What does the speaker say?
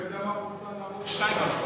אני לא יודע מה פורסם בערוץ 2, אדוני.